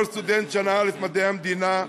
כל סטודנט שנה א' במדעי המדינה,